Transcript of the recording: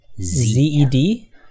Z-E-D